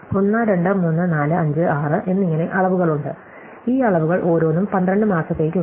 1 2 3 4 5 6 എന്നിങ്ങനെ അളവുകൾ ഉണ്ട് ഈ അളവുകൾ ഓരോന്നും 12 മാസത്തേക്ക് ഉണ്ട്